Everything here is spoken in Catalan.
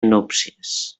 núpcies